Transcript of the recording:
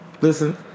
Listen